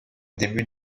début